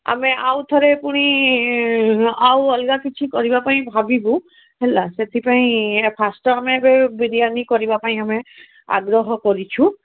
ଆମେ ଆଉ ଥରେ ପୁଣି ଆଉ ଅଲଗା କିଛି କରିବା ପାଇଁ ଭାବିବୁ ହେଲା ସେଥିପାଇଁ ଫାଷ୍ଟ ଆମେ ଏବେ ବିରିୟାନୀ କରିବା ପାଇଁ ଆମେ ଆଗ୍ରହ କରିଛୁ